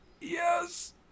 Yes